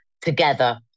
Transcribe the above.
together